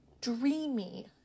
dreamy